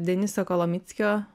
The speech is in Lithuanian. deniso kolomickio